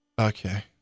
Okay